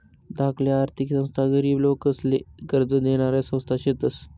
धाकल्या आर्थिक संस्था गरीब लोकेसले कर्ज देनाऱ्या संस्था शेतस